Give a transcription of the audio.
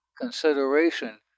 consideration